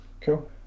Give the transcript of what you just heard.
Cool